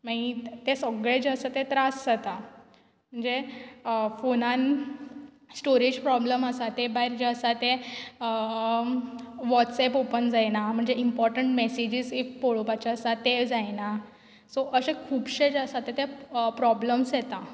मागीर ते सगळे जे आसा ते त्रास जाता म्हणजे फोनान स्टोरेज प्रोब्लेम आसा ते भायर जे आसा तें वोट्सएप ऑपन जायना म्हणजे इमपोर्टंट मेसेजीस इफ पोळोवपाच्यो आसा ते जायना सो अशें खुबशे जे आसा ते प्रोब्लेम्स येता